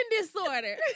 disorder